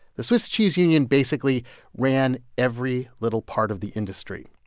the swiss cheese union basically ran every little part of the industry.